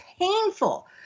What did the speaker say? painful